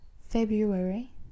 February